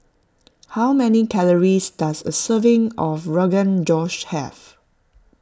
how many calories does a serving of Rogan Josh have